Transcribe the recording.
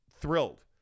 thrilled